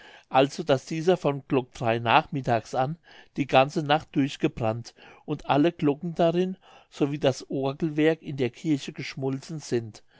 also daß dieser von glock drei nachmittags an die ganze nacht durch gebrannt und alle glocken darin so wie das orgelwerk in der kirche geschmolzen sind